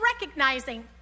recognizing